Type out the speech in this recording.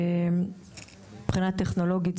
מבחינה טכנולוגית,